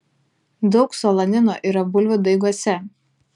daug solanino yra bulvių daiguose